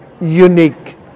unique